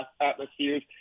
atmospheres